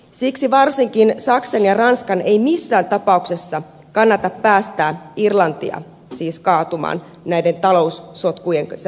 siksi varsinkaan saksan ja ranskan ei missään tapauksessa kannata päästää irlantia kaatumaan näiden taloussotkujen kanssa